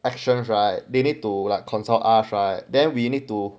actions right they need to consult us right then we need to